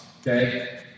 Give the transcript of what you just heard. okay